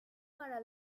para